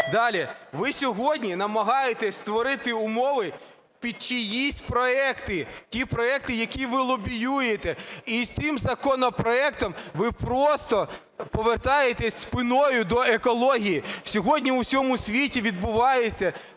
Далі. Ви сьогодні намагаєтесь створити умови під чиїсь проекти – ті проекти, які ви лобіюєте, і цим законопроектом ви просто повертаєтесь спиною до екології. Сьогодні у всьому світі відбуваються